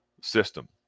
system